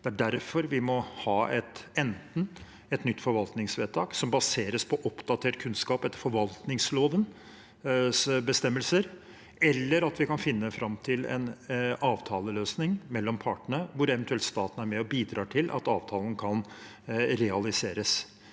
Det er derfor vi enten må ha et nytt forvaltningsvedtak som baseres på oppdatert kunnskap etter forvaltningslovens bestemmelser, eller kunne finne fram til en avtaleløsning mellom partene, hvor staten eventuelt er med og bidrar til at avtalen kan realiseres.